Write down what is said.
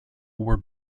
were